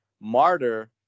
martyr